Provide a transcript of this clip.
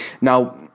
Now